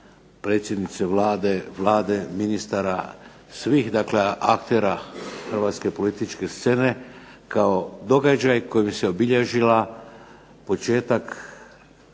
predsjednice Vlade, ministara, svih aktera Hrvatske političke scene kao događaj kojim se obilježila početak